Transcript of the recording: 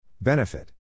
Benefit